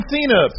Cena